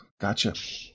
gotcha